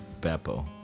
Beppo